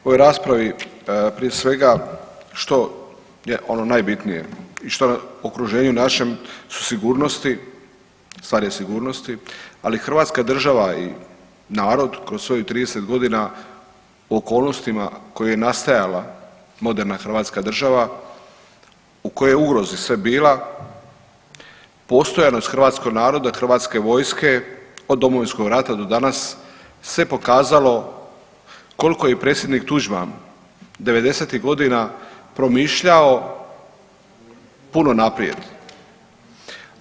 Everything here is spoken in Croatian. U ovoj raspravi prije svega što je ono najbitnije i što u okruženju našem su sigurnosti, stvar je sigurnosti ali Hrvatska država i narod kroz svojih 30 godina u okolnostima u kojima je nastajala moderna Hrvatska država, u kojoj je ugrozi sve bila postojanost hrvatskog naroda, hrvatske vojske od Domovinskog rata do danas se pokazalo koliko je predsjednik Tuđman devedesetih godina promišljao puno naprijed.